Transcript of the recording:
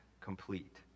complete